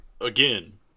again